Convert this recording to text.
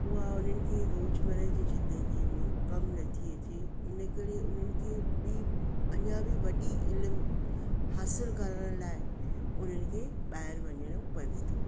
उहा हुननि खे रोज़मर्रा जी ज़िंदगीअ में कमु नथी अचे हिन करे उन्हनि खे बि अञां बि वॾी इल हासिल करण लाइ उन्हनि खे ॿाहिरि वञिणो पवे थो